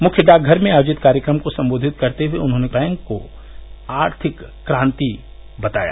मुख्य डाक घर में आयोजित कार्यक्रम को सम्बोधित करते हुये उन्होंने इस बैंक को आर्थिक क्रांति बताया